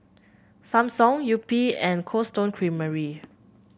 Samsung Yupi and Cold Stone Creamery